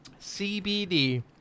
CBD